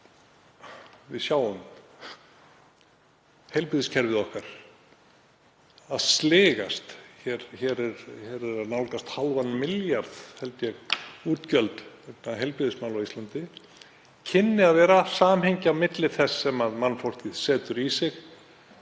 Við sjáum heilbrigðiskerfið okkar að sligast, þau eru að nálgast hálfan milljarð, held ég, útgjöld vegna heilbrigðismála á Íslandi. Kynni að vera samhengi á milli þess og þess sem mannfólkið setur í sig